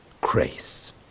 grace